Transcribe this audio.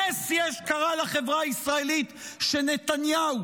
נס קרה לחברה הישראלית שנתניהו